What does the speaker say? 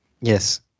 Yes